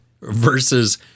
Versus